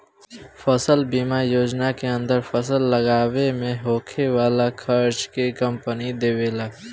फसल बीमा योजना के अंदर फसल लागावे में होखे वाला खार्चा के कंपनी देबेला